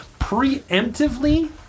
Preemptively